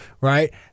right